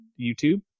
youtube